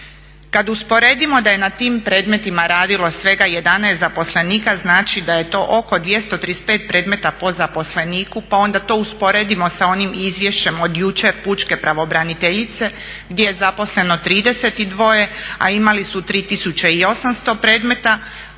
Kad usporedimo da je na tim predmetima radilo svega 11 zaposlenika znači da je to oko 235 predmeta po zaposleniku pa onda to usporedimo sa onim izvješćem od jučer pučke pravobraniteljice gdje je zaposleno 32 a imali su 3 800 predmeta